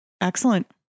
Excellent